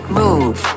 move